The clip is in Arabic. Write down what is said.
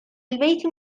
البيت